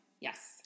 Yes